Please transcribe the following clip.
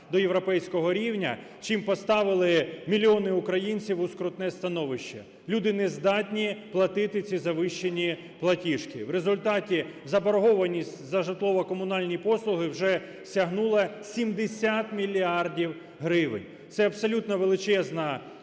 до європейського рівня, чим поставили мільйони українців у скрутне становище. Люди не здатні платити ці завищені платіжки, в результаті заборгованість за житлово-комунальні послуги вже сягнула 70 мільярдів гривень. Це абсолютно величезна сума,